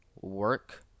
work